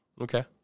Okay